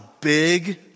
big